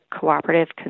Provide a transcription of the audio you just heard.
Cooperative